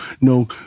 no